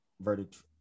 verdict